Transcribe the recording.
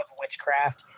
witchcraft